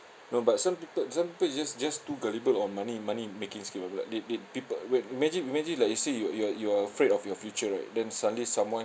no but some people some people just just too gullible on money money making scheme like they they people like imagine imagine like you say you are you are you afraid of your future right then suddenly someone